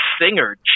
singer